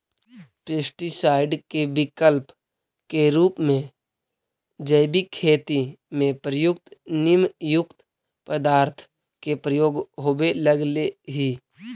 pesticide के विकल्प के रूप में जैविक खेती में प्रयुक्त नीमयुक्त पदार्थ के प्रयोग होवे लगले हि